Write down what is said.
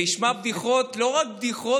והוא לא רק ישמע בדיחות,